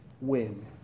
win